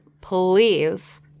please